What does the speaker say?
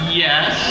yes